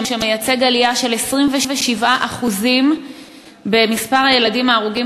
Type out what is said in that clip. שמייצג עלייה של 27% במספר הילדים ההרוגים